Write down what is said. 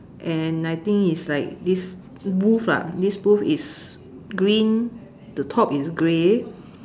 and I think it's like this booth lah this booth is green the top is grey